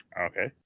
Okay